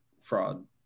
fraud